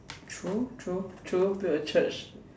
true true true build a church